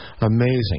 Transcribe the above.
Amazing